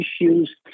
issues